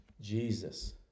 Jesus